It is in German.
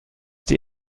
die